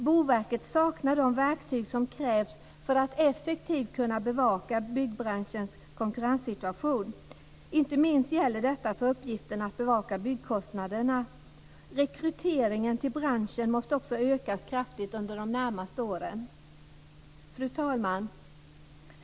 Boverket saknar de verktyg som krävs för en effektiv bevakning av byggbranschens konkurrenssituation. Inte minst gäller detta för uppgiften att bevaka byggkostnaderna. Rekryteringen till branschen måste ökas kraftigt under de närmaste åren. Fru talman!